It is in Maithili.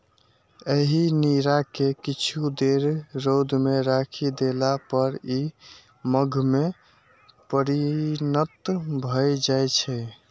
एहि नीरा कें किछु देर रौद मे राखि देला पर ई मद्य मे परिणत भए जाइ छै